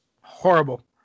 horrible